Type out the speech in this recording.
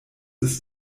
ist